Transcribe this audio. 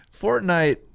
Fortnite